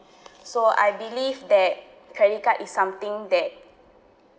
so I believe that credit card is something that